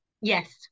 Yes